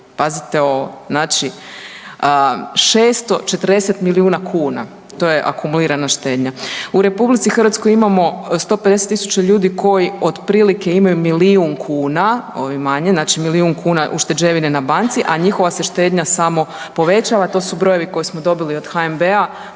Pazite ovo, znači 640 milijuna kuna. To je akumulirana štednja. U RH imamo 150.000 ljudi koji otprilike imaju milijun kuna, ovi manji, znači milijun kuna ušteđevine na banci, a njihova se štednja samo povećava. To su brojevi koje smo dobili od HNB-a